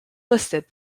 listed